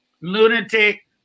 Lunatic